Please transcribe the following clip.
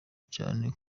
cyane